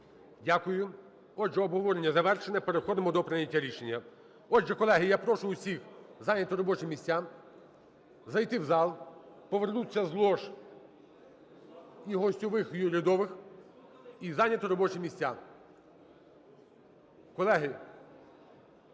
Дякую. Отже, обговорення завершене, переходимо до прийняття рішення. Отже, колеги, я прошу всіх зайняти робочі місця, зайти в зал, повернутися з лож і гостьових, і урядових і зайняти робочі місця.